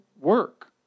work